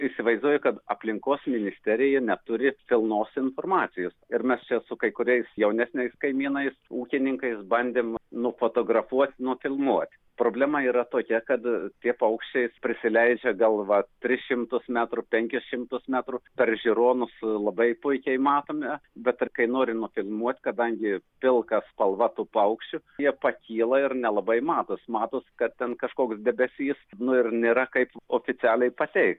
įsivaizduoju kad aplinkos ministerija neturi pilnos informacijos ir mes čia su kai kuriais jaunesniais kaimynais ūkininkais bandėm nufotografuot nufilmuot problema yra tokia kad tie paukščiai prisileidžia gal va tris šimtus metrų penkis šimtus metrų per žiūronus labai puikiai matome bet tai kai nori nufilmuoti kadangi pilka spalva tų paukščių jie pakyla ir nelabai matos matos kad ten kažkoks debesys nu ir nėra kaip oficialiai pateikt